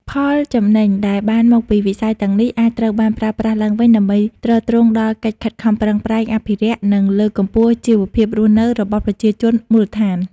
ផលចំណេញដែលបានមកពីវិស័យទាំងនេះ អាចត្រូវបានប្រើប្រាស់ឡើងវិញដើម្បីទ្រទ្រង់ដល់កិច្ចខិតខំប្រឹងប្រែងអភិរក្ស និងលើកកម្ពស់ជីវភាពរស់នៅរបស់ប្រជាជនមូលដ្ឋាន។